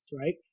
right